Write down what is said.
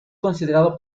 considerado